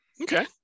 Okay